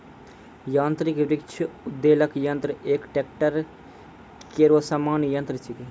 यांत्रिक वृक्ष उद्वेलक यंत्र एक ट्रेक्टर केरो सामान्य यंत्र छिकै